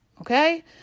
Okay